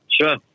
Sure